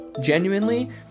genuinely